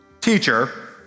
teacher